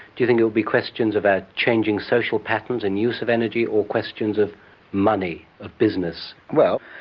do you think it will be questions of our changing social patterns and use of energy, or questions of money, of business? well,